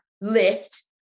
list